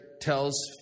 tells